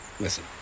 Listen